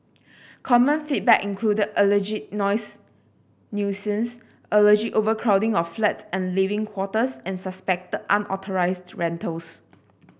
common feedback included alleged noise nuisance alleged overcrowding of flats and living quarters and suspected unauthorised rentals